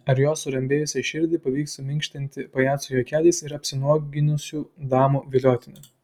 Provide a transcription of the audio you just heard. ar jo surambėjusią širdį pavyks suminkštinti pajacų juokeliais ir apsinuoginusių damų viliotiniu